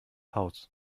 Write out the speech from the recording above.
haus